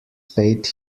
paid